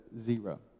zero